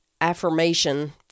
affirmation